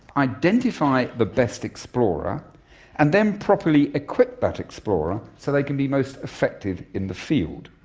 identify the best explorer and then properly equip that explorer so they can be most effective in the field.